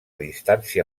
distància